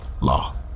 law